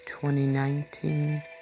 2019